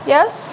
Yes